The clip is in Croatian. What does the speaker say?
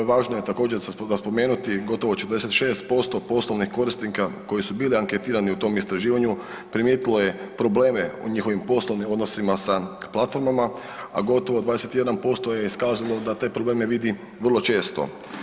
Važno je također za spomenuti gotovo 46% poslovnih korisnika koji su bili anketirani u tom istraživanju primijetilo je probleme u njihovim poslovnim odnosima sa platformama, a gotovo 21% je iskazalo da te probleme vidi vrlo često.